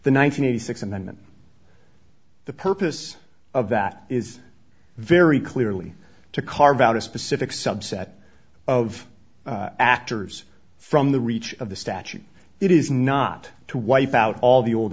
the nine hundred eighty six and then the purpose of that is very clearly to carve out a specific subset of actors from the reach of the statute it is not to wipe out all the old